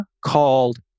called